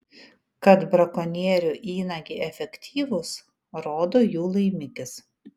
kad brakonierių įnagiai efektyvūs rodo jų laimikis